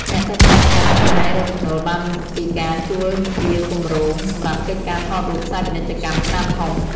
អ្នកតុបតែងម្ហូបអាហារអាចរកចំណូលបានពីការជួលជាគម្រោង សម្រាប់កិច្ចការថតរូបផ្សាយពាណិជ្ជកម្មខ្នាតធំ។